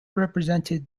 represented